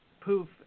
poof